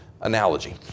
Analogy